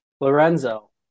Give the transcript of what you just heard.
Lorenzo